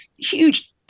huge